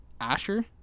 Asher